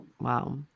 Wow